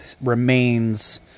remains